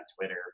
Twitter